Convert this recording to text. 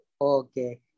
Okay